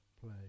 play